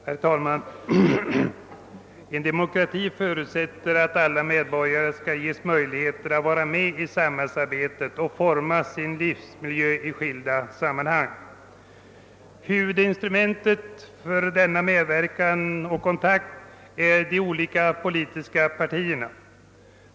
Herr talman! En demokrati förutsätter att alla medborgare skall ges möjligheter att vara med i samhällsarbetet och forma sin livsmiljö i skilda sammanhang. Huvudinstrumenten för denna medverkan och kontakt är de politiska partierna.